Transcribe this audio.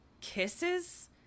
kisses